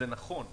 זה נכון,